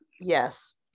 Yes